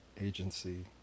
agency